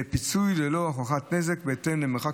פיצוי ללא הוכחת נזק בהתאם למרחק